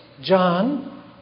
John